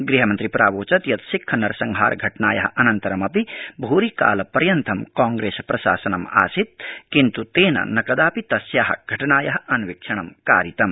गृहमन्त्री प्रावोचत् यत् सिक्ख नरसंहार घटनाया अनन्तरमपि भूरिकाल पर्यन्त कांप्रेस प्रशासनम् आसीत् किन्त् तेन न कदापि तस्या घटनाया अन्वीक्षणं कारितम्